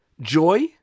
Joy